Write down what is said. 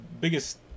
biggest